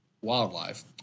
wildlife